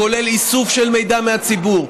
כולל איסוף מידע מהציבור,